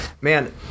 man